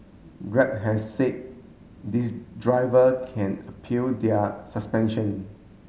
grab has said these driver can appeal their suspension